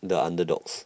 the underdogs